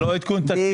זה לא עדכון תקציב,